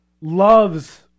loves